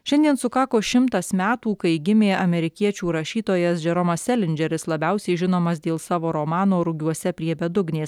šiandien sukako šimtas metų kai gimė amerikiečių rašytojas džeromas selindžeris labiausiai žinomas dėl savo romano rugiuose prie bedugnės